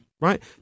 Right